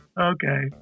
Okay